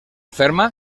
ferma